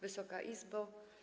Wysoka Izbo!